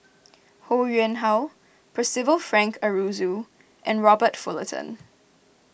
Ho Yuen Hoe Percival Frank Aroozoo and Robert Fullerton